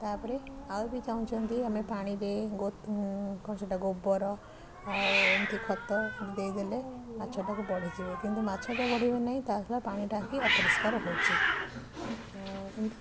ତା'ପରେ ଆଉ ବି ଚାହୁଁଛନ୍ତି ଆମେ ପାଣିରେ ଗୋତ କ'ଣ ସେଇଟା ଗୋବର ଆଉ ଏମିତି ଖତ ଦେଇଦେଲେ ମାଛଟାକୁ ବଢ଼ିଯିବ କିନ୍ତୁ ମାଛ ତ ବଢ଼ିବେ ନାହିଁ ତା'ଦ୍ଵାରା ପାଣିଟା ହିଁ ଅପରିଷ୍କାର ହେଉଛି ଏମିତି